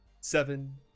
seven